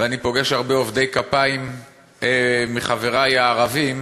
ואני פוגש הרבה עובדי כפיים מחברי הערבים,